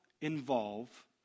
involve